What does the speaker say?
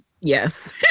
Yes